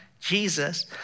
Jesus